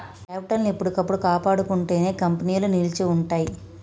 capital ని ఎప్పటికప్పుడు కాపాడుకుంటేనే కంపెనీలు నిలిచి ఉంటయ్యి